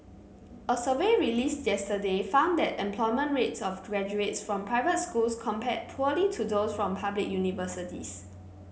a survey released yesterday found that employment rates of graduates from private schools compared poorly to those from public universities